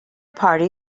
party